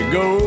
go